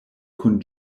kun